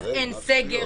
אין סגר,